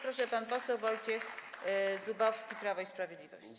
Proszę, pan poseł Wojciech Zubowski, Prawo i Sprawiedliwość.